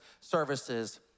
services